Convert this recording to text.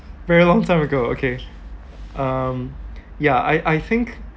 very long time ago okay um yeah I I think